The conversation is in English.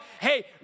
Hey